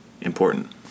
important